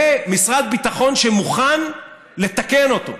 ומשרד ביטחון מוכן לתקן אותו,